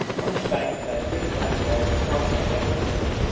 on its bank lay a thick black log cast up by the water.